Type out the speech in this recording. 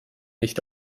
nicht